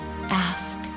Ask